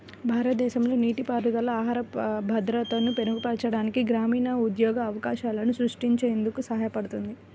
భారతదేశంలో నీటిపారుదల ఆహార భద్రతను మెరుగుపరచడానికి, గ్రామీణ ఉద్యోగ అవకాశాలను సృష్టించేందుకు సహాయపడుతుంది